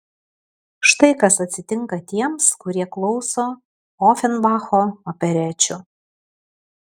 štai kas atsitinka tiems kurie klauso ofenbacho operečių